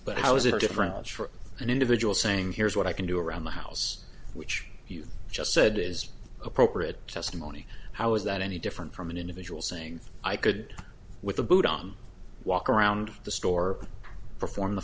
but how is it different for an individual saying here's what i can do around the house which you just said is appropriate testimony how is that any different from an individual saying i could with the boot on walk around the store perform the